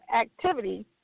activity